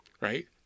right